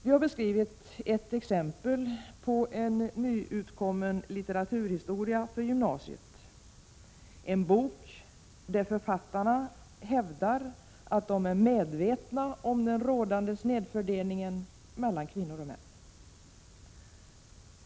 Vi har anfört ett exempel på en nyutkommen litteraturhistoria för gymnasiet, en bok där författarna hävdar att de är medvetna om den rådande snedfördelningen mellan kvinnor och män.